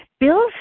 Bill's